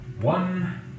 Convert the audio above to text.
one